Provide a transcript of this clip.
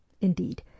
Indeed